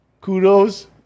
Kudos